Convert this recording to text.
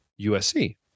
usc